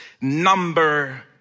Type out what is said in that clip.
number